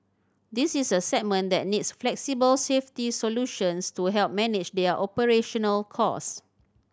this is a segment that needs flexible safety solutions to help manage their operational costs